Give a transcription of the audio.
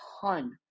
ton